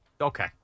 Okay